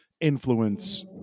influence